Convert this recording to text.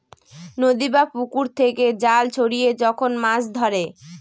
নদী বা পুকুর থেকে জাল ছড়িয়ে যখন মাছ ধরে